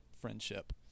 friendship